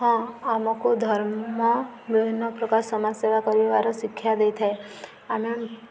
ହଁ ଆମକୁ ଧର୍ମ ବିଭିନ୍ନ ପ୍ରକାର ସମାଜସେବା କରିବାର ଶିକ୍ଷା ଦେଇଥାଏ ଆମେ